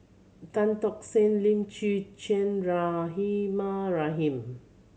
Tan Tock San Lim Chwee Chian Rahimah Rahim